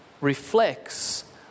reflects